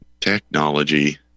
technology